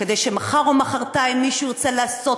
כדי שאם מחר או מחרתיים מישהו ירצה לעשות